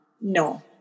No